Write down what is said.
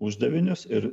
uždavinius ir